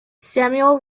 samuel